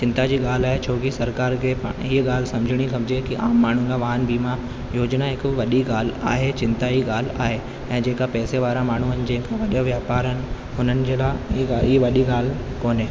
चिंता जी ॻाल्हि आहे छोकी सरकार खे इहा ॻाल्हि सम्झणी खपजे की आम माण्हू जा वाहन बीमा योजना हिकु वॾी ॻाल्हि आहे चिंता जी ॻाल्हि आहे ऐं जेका पैसे वारा माण्हू आहिनि जेको वॾो वापारु हुननि जहिड़ा इहे वॾी ॻाल्हि कोन्हे